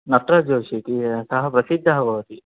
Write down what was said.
नटराज् जोषि इति सः प्रसिद्धः भवति